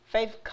Faith